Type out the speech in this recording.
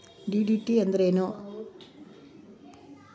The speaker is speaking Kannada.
ಡಿ.ಡಿ ಅಂದ್ರೇನು?